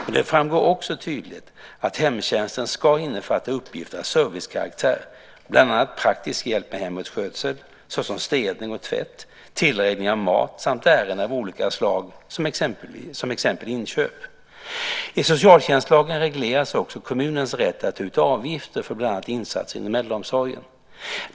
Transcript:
Men det framgår också tydligt att hemtjänsten ska innefatta uppgifter av servicekaraktär, bland annat praktisk hjälp med hemmets skötsel, såsom städning och tvätt, tillredning av mat samt ärenden av olika slag som till exempel inköp. I socialtjänstlagen regleras också kommunens rätt att ta ut avgifter för bland annat insatser inom äldreomsorgen.